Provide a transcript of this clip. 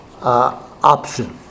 option